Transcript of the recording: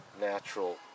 Natural